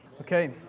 Okay